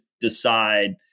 decide